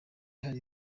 hari